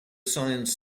science